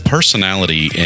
Personality